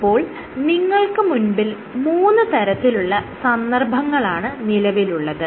ഇപ്പോൾ നിങ്ങൾക്ക് മുൻപിൽ മൂന്ന് തരത്തിലുള്ള സന്ദർഭങ്ങളാണ് നിലവിലുള്ളത്